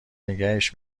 نگهش